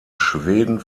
schweden